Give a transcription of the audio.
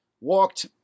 walked